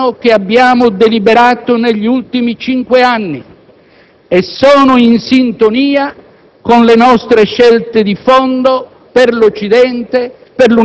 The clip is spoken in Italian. Per questo contestiamo la richiesta di fiducia, ma allo stesso tempo condividiamo totalmente